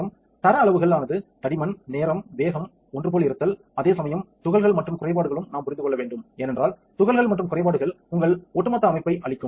மற்றும் தர அளவுகள் ஆனது தடிமன் நேரம் வேகம் ஒன்றுபோல் இருத்தல் அதே சமயம் துகள்கள் மற்றும் குறைபாடுகளும் நாம் புரிந்து கொள்ள வேண்டும் ஏனென்றால் துகள்கள் மற்றும் குறைபாடுகள் உங்கள் ஒட்டுமொத்த அமைப்பை அழிக்கும்